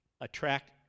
attract